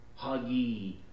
Huggy